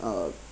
uh